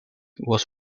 was